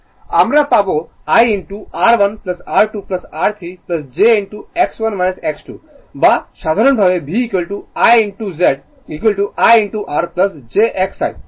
আমরা পাব I R1 R2 R3 j X1 X2 বা সাধারণভাবে V I Z I R jX